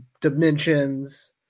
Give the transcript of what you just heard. dimensions